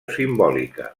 simbòlica